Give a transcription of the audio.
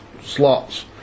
slots